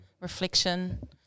Reflection